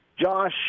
Josh